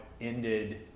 ended